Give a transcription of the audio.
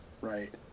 Right